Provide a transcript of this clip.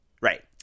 right